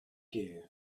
you